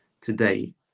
today